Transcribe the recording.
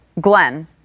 Glenn